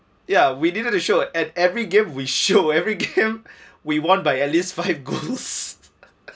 ya we didn't assure at every game we show every game we won by at least five goals